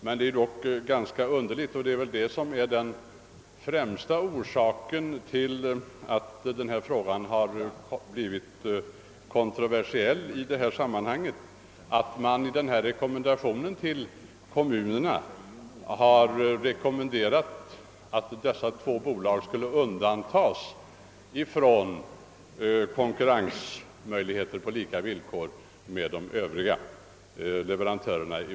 Det är dock ganska underligt — och det torde vara den främsta orsaken till att denna fråga har blivit kontroversiell — att kommunförbunden i sin rekommendation till kommunerna har föreslagit att dessa två bolag skulle undantas från möjligheten att konkurrera på lika villkor med de övriga leverantörerna.